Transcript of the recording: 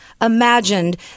imagined